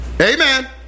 Amen